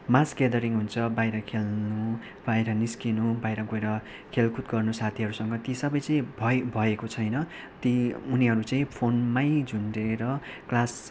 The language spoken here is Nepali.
मास ग्यादरिङ हुन्छ बाहिर खेल्नु बाहिर निस्किनु बाहिर गएर खेलकुद गर्नु साथीहरूसँग ती सबै चाहिँ भइ भएको छैन ती उनीहरू चाहिँ फोनमै झुन्डिएर क्लास